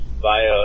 via